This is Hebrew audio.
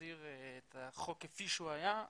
להחזיר את החוק כפי שהוא היה.